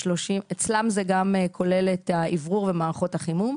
אצלם זה גם כולל את האוורור ומערכות החימום.